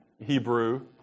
Hebrew